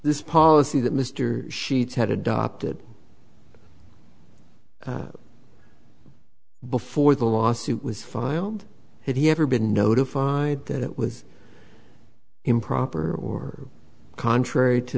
this policy that mr sheets had adopted before the lawsuit was filed had he ever been notified that it was improper or contrary to